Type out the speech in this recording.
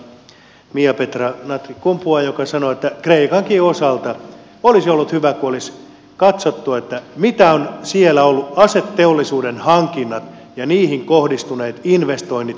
on pakko siteerata miapetra kumpula natria joka sanoi että kreikankin osalta olisi ollut hyvä kun olisi katsottu mitkä ovat siellä olleet aseteollisuuden hankinnat ja niihin kohdistuneet investoinnit kontra se mitä sosiaalileikkauksia me edellytämme